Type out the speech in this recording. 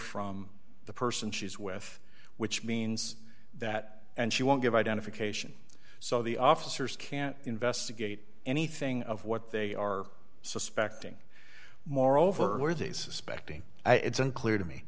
from the person she's with which means that and she won't give identification so the officers can't investigate anything of what they are suspecting moreover where they suspecting it's unclear to me